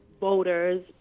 voters